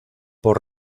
por